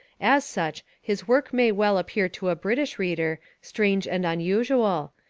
as such his work may well appear to a british reader strange and unusual,